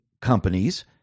companies